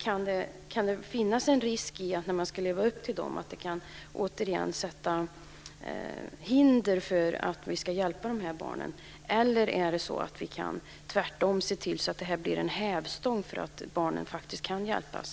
Kan det finnas en risk att när man ska leva upp till dem så kan det sätta hinder för att vi ska kunna hjälpa de här barnen? Eller kan vi tvärtom se till att detta blir en hävstång för att barnen kan hjälpas?